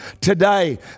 today